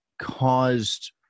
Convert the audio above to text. caused